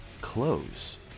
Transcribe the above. close